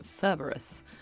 Cerberus